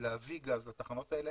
להביא גז לתחנות האלה.